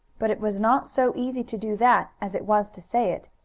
but it was not so easy to do that as it was to say it.